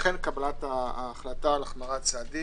לכן קבלת ההחלטה על החמרת צעדים.